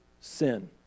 sin